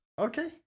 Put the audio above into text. Okay